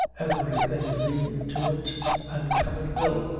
everything's leadin' to it an' come it will.